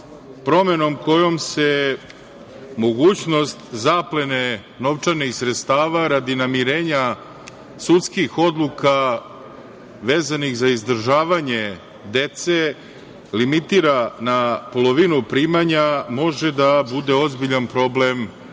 promenom kojom se mogućnost zaplene novčanih sredstava radi namirenja sudskih odluka vezanih za izdržavanje dece limitira na polovinu primanja, može da bude ozbiljan problem